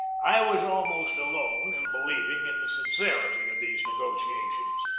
i was almost alone in believing in the sincerity of these negotia tions.